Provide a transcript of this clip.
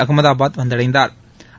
Ahmedabad வந்தடைந்தாா்